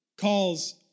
calls